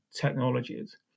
technologies